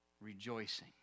rejoicing